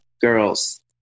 girls